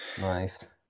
Nice